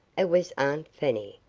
it was aunt fanny,